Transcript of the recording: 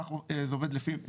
כך זה עובד לפי מניה,